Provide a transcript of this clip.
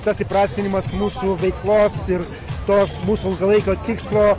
tas įprasminimas mūsų veiklos ir tos mūsų ilgalaikio tikslo